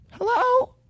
Hello